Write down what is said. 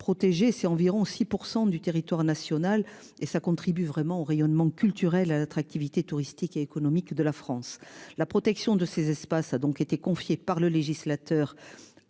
protéger c'est environ 6% du territoire national et ça contribue vraiment au rayonnement culturel à l'attractivité touristique et économique de la France la protection de ces espaces a donc été confiée par le législateur.